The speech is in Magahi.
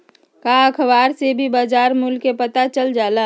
का अखबार से भी बजार मूल्य के पता चल जाला?